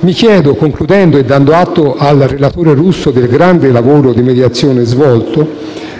Mi chiedo in conclusione, dando atto al relatore Russo del grande lavoro di mediazione svolto